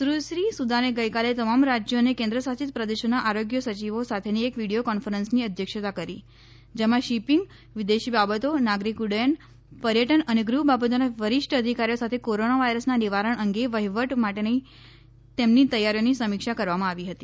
સુશ્રી સુદાને ગઇકાલે આરોગ્ય તમામ રાજ્યો અને કેન્દ્ર શાસિત પ્રદેશોના આરોગ્ય સચિવો સાથેની એક વીડીયો કોન્ફરન્સની અધ્યક્ષતા કરી જેમાં શીપીંગ વિદેશી બાબતો નાગરીક ઉડૃયન પર્યટન અને ગૃહ બાબતોના વરિષ્ઠ અધિકારીઓ સાથે કોરોના વાયરસના નિવારણ અંગે વહીવટ માટેની તેમની તૈયારીની સમીક્ષા કરવામાં આવી હતી